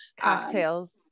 cocktails